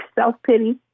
self-pity